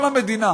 כל המדינה